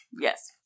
Yes